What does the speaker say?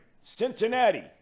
Cincinnati